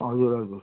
हजुर हजुर